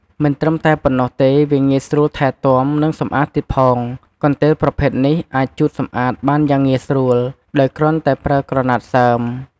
មិនត្រឹមតែប៉ុណ្ណោះទេ វាងាយស្រួលថែទាំ និងសម្អាតទៀតផង កន្ទេលប្រភេទនេះអាចជូតសម្អាតបានយ៉ាងងាយស្រួល ដោយគ្រាន់តែប្រើក្រណាត់សើម។